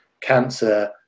cancer